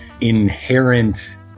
inherent